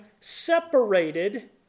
separated